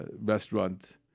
restaurant